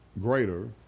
greater